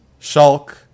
Shulk